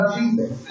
Jesus